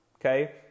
Okay